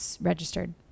registered